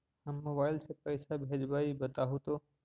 हम मोबाईल से पईसा भेजबई बताहु तो?